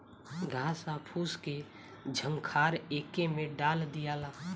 घास आ फूस के झंखार एके में डाल दियाला